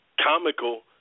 comical